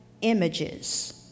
images